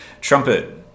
Trumpet